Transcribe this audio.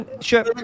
Sure